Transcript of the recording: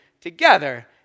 together